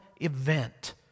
event